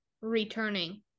returning